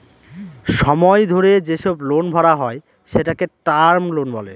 সময় ধরে যেসব লোন ভরা হয় সেটাকে টার্ম লোন বলে